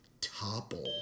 topple